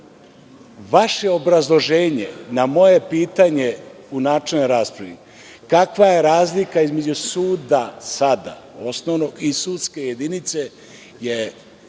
Vaše obrazloženje na moje pitanje u načelnoj raspravi – kakva je razlika između suda sada, osnovnog i sudske jedinice je